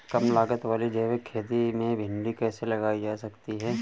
कम लागत वाली जैविक खेती में भिंडी कैसे लगाई जा सकती है?